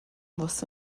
واسه